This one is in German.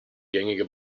gängige